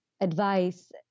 advice